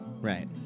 Right